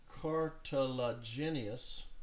cartilaginous